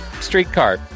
streetcar